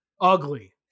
ugly